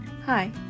Hi